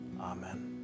Amen